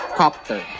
copter